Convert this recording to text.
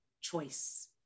choice